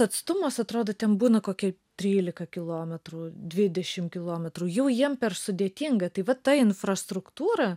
atstumas atrodo ten būna koki trylika kilometrų dvidešim kilometrų jau jiem per sudėtinga tai va ta infrastruktūra